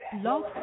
Love